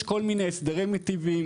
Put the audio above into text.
יש כל מיני הסדרים מטיבים.